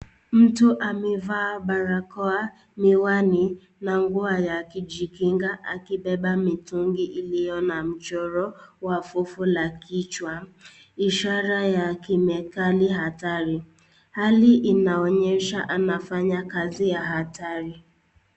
Mtu amevaa barakoa, miwani na nguo ya kujikinga akibeba mitungi iliona michoro wa fofo la kichwa ishara ya kemikali hatari. Hali inaonyesha anafanya kazi ya hatari.